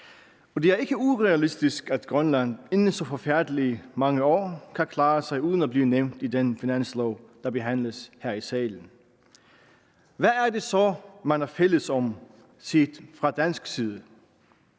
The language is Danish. For det er ikke urealistisk, at Grønland inden så forfærdelig mange år kan klare sig uden at blive nævnt i den finanslov, der behandles her i salen. Hvad er det så, man er fælles om set fra dansk side?